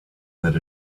that